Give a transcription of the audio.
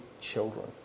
children